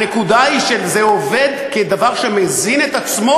הנקודה היא שזה עובד כדבר שמזין את עצמו.